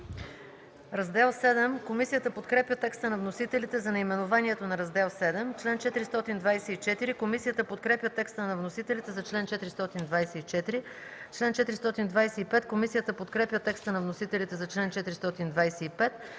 Раздел VII. Комисията подкрепя текста на вносителите за наименованието на Раздел VІІ. Комисията подкрепя текста на вносителите за чл. 424. Комисията подкрепя текста на вносителите за чл. 425.